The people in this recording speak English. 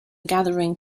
gathering